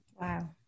Wow